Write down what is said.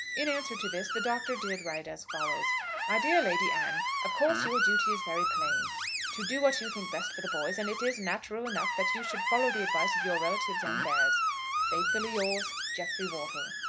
in answer to this the doctor did write as follows my dear lady anne of course your duty is very plain to do what you think best for the boys and it is natural enough that you should follow the advice of your relatives and theirs faithfully yours, jeffrey wortle.